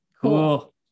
Cool